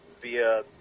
via